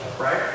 right